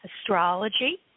astrology